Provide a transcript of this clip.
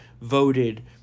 voted